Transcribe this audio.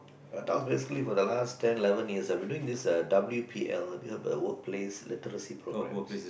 that was basically for the last ten eleven years uh we've been doing this W_P_L have you heard of Workplace-Literacy-Programs